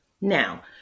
Now